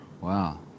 wow